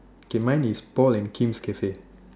okay mine is Paul and Kim's cafe